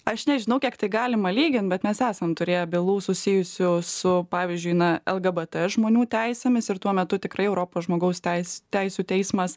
aš nežinau kiek tai galima lyginti bet mes esam turėję bylų susijusių su pavyzdžiui na lgbt žmonių teisėmis ir tuo metu tikrai europos žmogaus teis teisių teismas